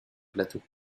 plateau